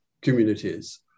communities